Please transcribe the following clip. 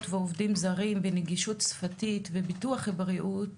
ועובדים זרים ונגישות שפתית וביטוח בריאות